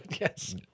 yes